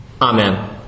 Amen